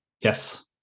Yes